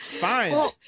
fine